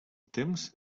temps